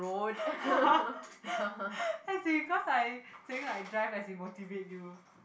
as in cause I saying like drive as in motivate you